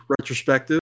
retrospective